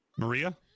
Maria